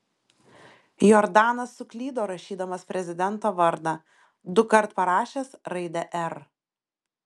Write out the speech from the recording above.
jordanas suklydo rašydamas prezidento vardą dukart parašęs raidę r